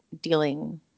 dealing